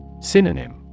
Synonym